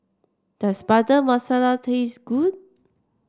does Butter Masala taste good